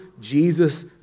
Jesus